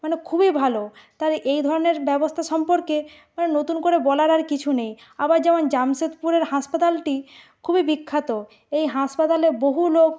মানে খুবই ভালো তার এই ধরনের ব্যবস্তা সম্পর্কে মানে নতুন করে বলার আর কিছু নেই আবার যেমন জামশেদপুরের হাসপাতালটি খুবই বিখ্যাত এই হাসপাতালে বহু লোক